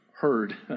heard